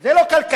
זה לא כלכלי.